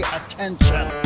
attention